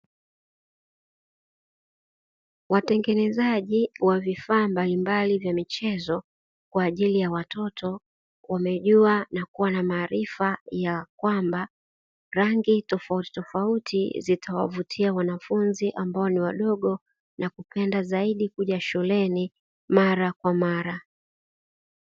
Watengenezaji wa vifaa mbali mbali vya michezo kwa ajili ya watoto, wamejua na kua na maarifa ya kwamba, rangi tofauti tofauti zitawavutia wanafunzi ambao ni wadogo na kupenda zaidi kuja shuleni mara kwa mara.